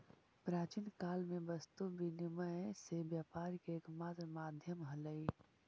प्राचीन काल में वस्तु विनिमय से व्यापार के एकमात्र माध्यम हलइ